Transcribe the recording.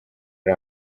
ari